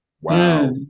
wow